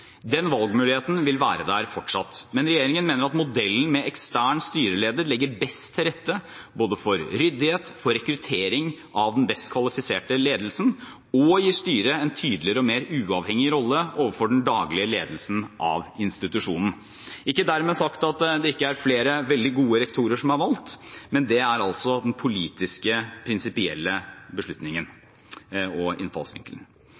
Den valgmuligheten vil være der fortsatt, men regjeringen mener at modellen med ekstern styreleder legger best til rette for både ryddighet og for rekruttering av den best kvalifiserte ledelsen, og at den gir styret en tydeligere og mer uavhengig rolle overfor den daglige ledelsen av institusjonen. Ikke dermed sagt at det ikke er flere veldig gode rektorer som er valgt, men det er altså den politiske, prinsipielle beslutningen og innfallsvinkelen.